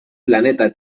planeta